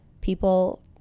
People